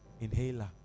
Inhaler